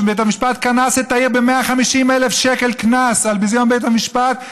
בית המשפט קנס את העיר ב-150,000 שקל קנס על ביזיון בית המשפט,